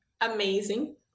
amazing